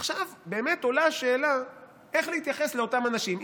עכשיו באמת עולה השאלה איך להתייחס לאותם אנשים.